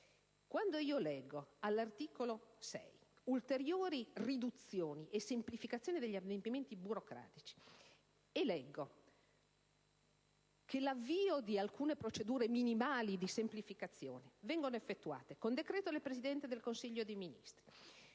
Quando all'articolo 6 («Ulteriori riduzione e semplificazioni degli adempimenti burocratici»), leggo che l'avvio di alcune procedure minimali di semplificazione viene effettuato con decreto del Presente del Consiglio dei ministri,